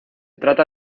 trata